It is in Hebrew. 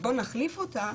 בואו נחליף אותה,